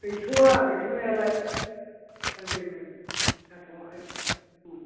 गैथ'वा गैथ'नायालाय दा जेबो जाथ'वाखै